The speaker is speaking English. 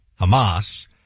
Hamas